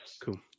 Cool